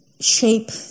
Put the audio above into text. shape